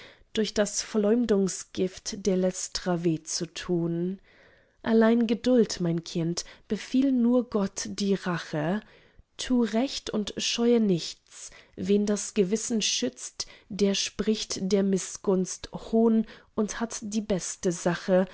durch das verleumdungsgift der lästrer weh zu tun allein geduld mein kind befiehl nur gott die rache tu recht und scheue nichts wen das gewissen schützt der spricht der mißgunst hohn und hat die beste sache